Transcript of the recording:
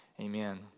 Amen